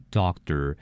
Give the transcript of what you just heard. doctor